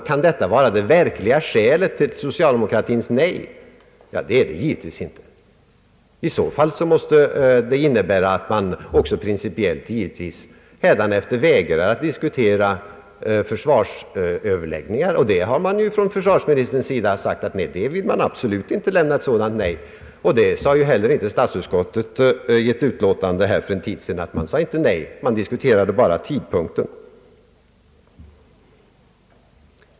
Kan detta vara det verkliga skälet till socialdemokratins nej? Givetvis inte! I så fall skulle det innebära att socialdemokraterna hädanefter principiellt skulle vägra att diskutera försvarsfrågor. Försvarsministern har emellertid sagt att man absolut inte vill säga nej till sådana överläggningar. Inte heller statsutskottet sade nej till sådana överläggningar i ett utlåtande för en tid sedan — man diskuterade bara tidpunkten.